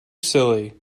silly